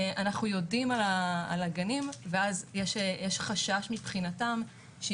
אנחנו יודעים על הגנים ואז יש מבחינתם חשש